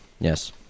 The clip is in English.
Yes